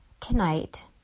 tonight